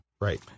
Right